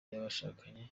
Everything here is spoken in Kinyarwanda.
y’abashakanye